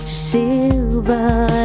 silver